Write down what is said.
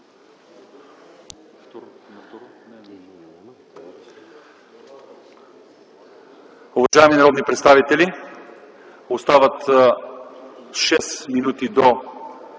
Уважаеми народни представители, остават 6 минути до